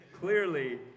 clearly